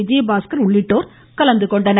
விஜயபாஸ்கர் உள்ளிட்டோர் கலந்கொண்டனர்